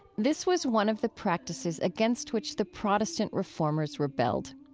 this was one of the practices against which the protestant reformers rebelled.